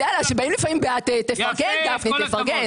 אז יאללה, כשבאים לפעמים בעד תפרגן, גפני, תפרגן.